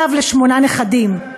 סב לשמונה נכדים,